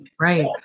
Right